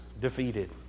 defeated